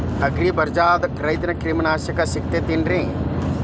ಅಗ್ರಿಬಜಾರ್ದಾಗ ರೈತರ ಕ್ರಿಮಿ ನಾಶಕ ಸಿಗತೇತಿ ಏನ್?